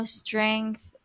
strength